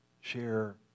share